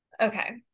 okay